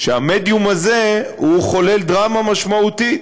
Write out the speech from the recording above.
שהמדיום הזה חולל דרמה משמעותית.